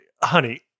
honey